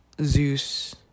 Zeus